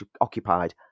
occupied